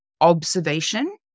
observation